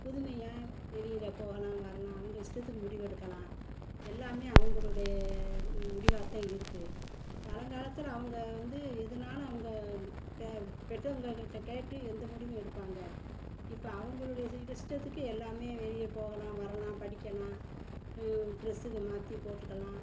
புதுமையாக வெளியில் போகலாம் வரலாம் அவங்க இஷ்டத்துக்கு முடிவெடுக்கலாம் எல்லாமே அவர்களுடைய முடிவாகதான் இருக்குது பழங்காலத்துல அவங்க வந்து எதுனாலும் அவங்க பெ பெற்றவங்கள கிட்டே கேட்டு எந்த முடிவும் எடுப்பாங்க இப்போ அவர்களுடைய இஷ்டத்துக்கு எல்லாமே வெளியே போகலாம் வரலாம் படிக்கலாம் ட்ரெஸ்ஸுகள் மாற்றி போட்டுக்கலாம்